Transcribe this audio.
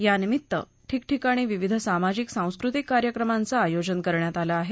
यानिमित्त ठिकठिकाणी विविध सामाजिक सांस्कृतिक कार्यक्रमांचं आयोजन करण्यात आलं आहे